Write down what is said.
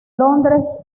londres